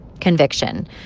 conviction